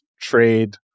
trade